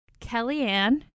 Kellyanne